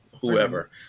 whoever